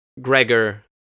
Gregor